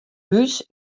hús